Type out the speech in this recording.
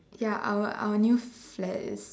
ya our our our new flat is